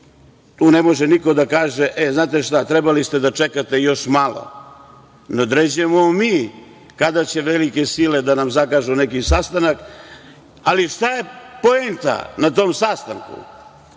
tu ne može niko da kaže – znate šta, trebali ste da čekate još malo. Ne određujemo mi kada će velike sile da nam zakažu neki sastanak. Ali, šta je poenta na tom sastanku?